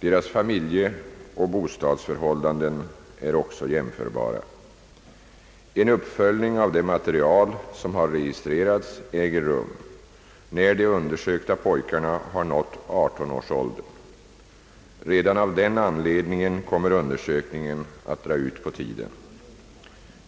Deras familjeoch bostadsförhållanden är också jämförbara. En uppföljning av det material som har registrerats äger rum, när de undersökta pojkarna har nått 18-årsåldern. Redan av denna anledning kommer undersökningen att dra ut på tiden.